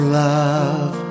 love